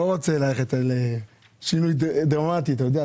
לא רוצה ללכת על שינוי דרמטי, אתה יודע.